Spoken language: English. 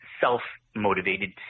self-motivated